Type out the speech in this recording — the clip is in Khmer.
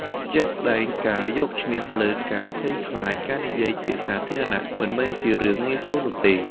ជាក់ស្តែងការយកឈ្នះលើការភ័យខ្លាចការនិយាយជាសាធារណៈមិនមែនជារឿងងាយស្រួលនោះទេ។